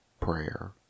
prayer